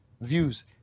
views